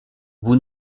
vous